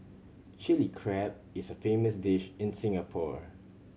Chilli Crab is a famous dish in Singapore